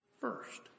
first